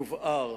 יובהר